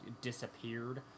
disappeared